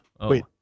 Wait